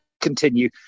continue